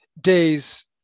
days